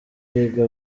biga